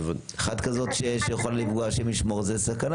אחת כזאת שיכולה לפגוע השם ישמור זו סכנה